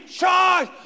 charge